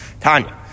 Tanya